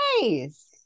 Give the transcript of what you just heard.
Nice